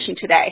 today